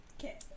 Okay